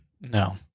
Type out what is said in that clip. No